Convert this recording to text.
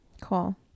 cool